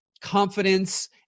confidence